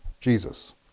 Jesus